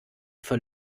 für